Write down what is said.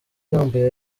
irambuye